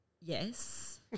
Yes